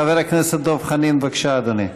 חבר הכנסת דב חנין, בבקשה, אדוני.